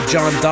John